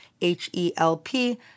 H-E-L-P